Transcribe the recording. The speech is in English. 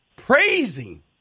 Praising